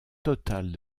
totale